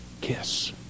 kiss